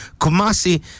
Kumasi